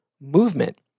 movement